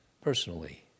personally